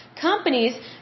companies